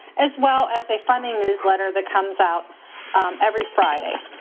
as well as a funding newsletter that comes out every friday.